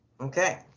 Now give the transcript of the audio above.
Okay